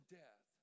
death